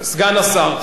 סגן השר.